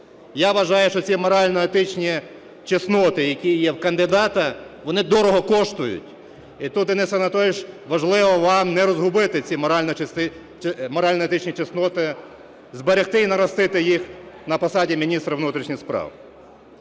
Я вважаю, що ці морально-етичні чесноти, які є у кандидата, вони дорого коштують. І тут, Денис Анатолійович, важливо вам не розгубити ці морально-етичні чесноти, зберегти і наростити їх на посаді міністра внутрішніх справ.